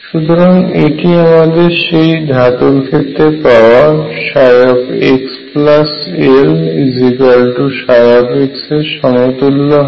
সুতরাং এটি আমাদের সেই ধাতুর ক্ষেত্রে পাওয়া xLψ এর সমতুল্য হয়